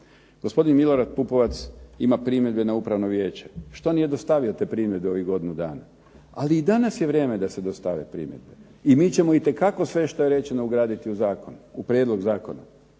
Gospodin Pupovac ima primjedbe na upravno vijeće, što nije dostavio te primjedbe u ovih godinu dana, ali i danas je vrijeme da se dostave primjedbe, i mi ćemo itekako sve što je rečeno ugraditi u Prijedlog zakona,